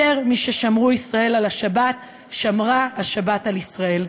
יותר מששמרו ישראל על השבת, שמרה השבת על ישראל.